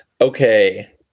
okay